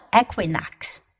equinox